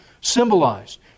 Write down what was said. symbolized